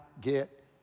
get